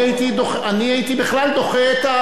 אני הייתי בכלל דוחה את,